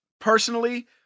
personally